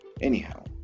anyhow